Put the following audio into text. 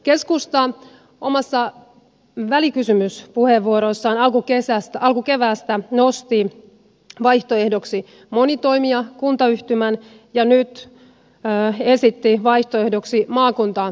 keskusta omassa välikysymyspuheenvuorossaan alkukeväästä nosti vaihtoehdoksi monitoimikuntayhtymän ja nyt esitti vaihtoehdoksi maakuntahallintomallia